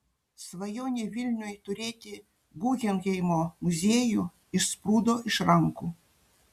svajonė vilniui turėti guggenheimo muziejų išsprūdo iš rankų